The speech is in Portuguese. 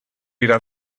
irá